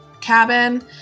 cabin